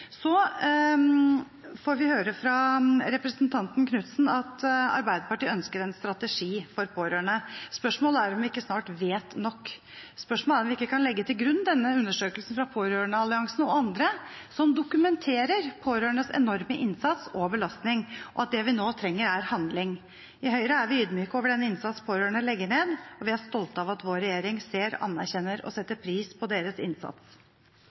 Vi fikk høre fra representanten Knutsen at Arbeiderpartiet ønsker en strategi for pårørende. Spørsmålet er om vi ikke snart vet nok. Spørsmålet er om vi ikke kan legge til grunn denne undersøkelsen fra Pårørendealliansen og andre som dokumenterer pårørendes enorme innsats og belastning, og at det vi nå trenger, er handling. I Høyre er vi ydmyke over den innsats pårørende legger ned, og vi er stolte av at vår regjering ser, anerkjenner og setter pris på deres innsats.